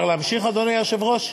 אפשר להמשיך, אדוני היושב-ראש?